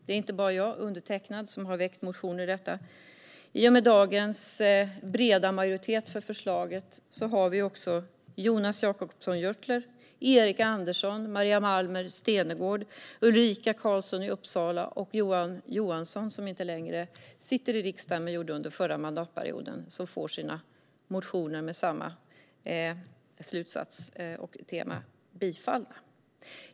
Det är inte bara jag som har motionerat om detta. I och med dagens breda majoritet för förslaget får också Jonas Jacobsson Gjörtler, Erik Andersson, Maria Malmer Stenergard, Ulrika Karlsson i Uppsala och Johan Johansson, som inte längre sitter i riksdagen men som gjorde det under förra mandatperioden, sina motioner med samma slutsats och tema tillgodosedda.